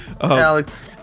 Alex